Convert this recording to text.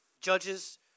Judges